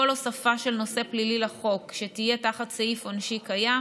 כל הוספה של נושא פלילי לחוק שתהיה תחת סעיף עונשי קיים